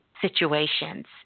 situations